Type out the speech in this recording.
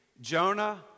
Jonah